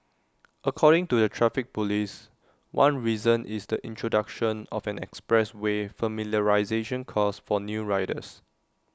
according to the traffic Police one reason is the introduction of an expressway familiarisation course for new riders